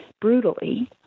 brutally